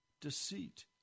deceit